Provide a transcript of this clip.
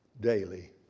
daily